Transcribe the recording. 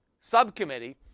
subcommittee